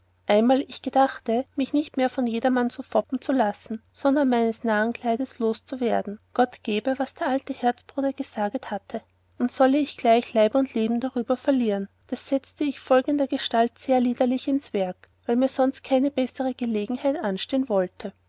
einmal ich gedachte mich nicht mehr von jedermann so foppen zu lassen sondern meines narrnkleides los zu werden gott gebe was der alte herzbruder gesaget hatte und sollte ich gleich leib und leben darüber verlieren das setzte ich folgendergestalt sehr liederlich ins werk weil mir sonst keine bessere gelegenheit anstehen wollte